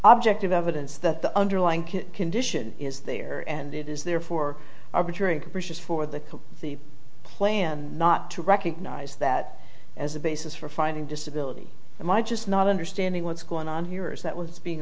object of evidence that the underlying condition is there and it is therefore arbitrary and capricious for the plan not to recognize that as a basis for finding disability it might just not understanding what's going on here is that we're being